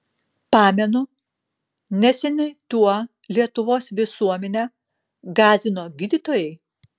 pamenu neseniai tuo lietuvos visuomenę gąsdino gydytojai